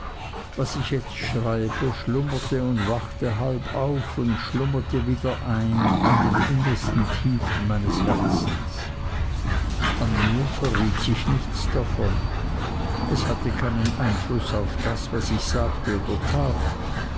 was ich jetzt schreibe schlummerte und wachte halb auf und schlummerte wieder ein in den innersten tiefen meines herzens an mir verriet sich nichts davon es hatte keinen einfluß auf das was ich sagte oder tat